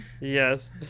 Yes